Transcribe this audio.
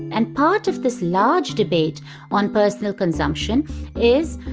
and part of this large debate on personal consumption is,